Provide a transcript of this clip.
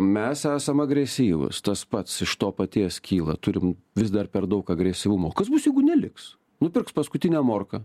mes esam agresyvūs tas pats iš to paties kyla turim vis dar per daug agresyvumo kas bus jeigu neliks nupirks paskutinę morką